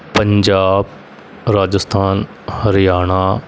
Punjab Rajasthan Haryana